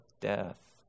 death